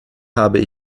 habe